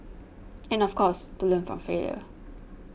and of course to learn from failure